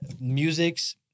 music's